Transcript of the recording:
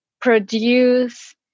produce